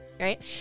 right